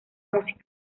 música